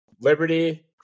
Liberty